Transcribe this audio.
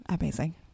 amazing